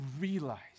realize